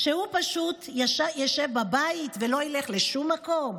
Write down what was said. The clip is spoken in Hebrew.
שהוא פשוט ישב בבית ולא ילך לשום מקום?